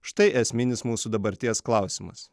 štai esminis mūsų dabarties klausimas